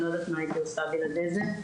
אני לא יודעת מה הייתי עושה בלעדי זה.